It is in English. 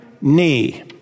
knee